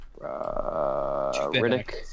Riddick